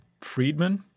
Friedman